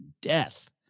death